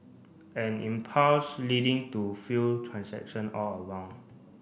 an impasse leading to few transaction all around